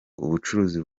ubucuruzi